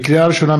לקריאה ראשונה,